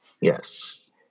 Yes